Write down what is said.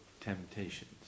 temptations